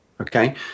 Okay